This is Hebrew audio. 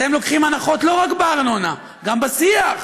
אתם לוקחים הנחות לא רק בארנונה, גם בשיח.